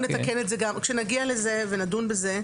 כשנגיע לזה ונדון בזה,